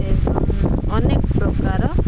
ଏବଂ ଅନେକ ପ୍ରକାର